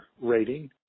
rating